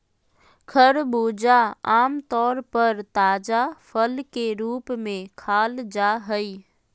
खरबूजा आम तौर पर ताजा फल के रूप में खाल जा हइ